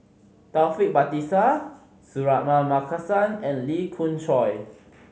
Taufik Batisah Suratman Markasan and Lee Khoon Choy